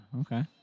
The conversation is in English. Okay